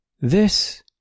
This